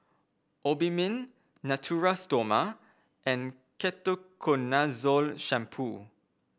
Obimin Natura Stoma and Ketoconazole Shampoo